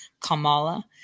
Kamala